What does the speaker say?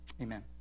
Amen